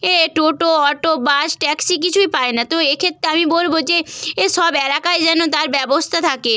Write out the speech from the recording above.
এ টোটো auto bus taxi কিছুই পায় না তো এক্ষেত্রে আমি বলব যে এ সব এলাকায় যেন তার ব্যবস্থা থাকে